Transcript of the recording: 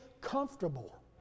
comfortable